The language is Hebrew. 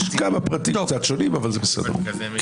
יש כמה פרטים קצת שונים אבל זה בסדר גמור.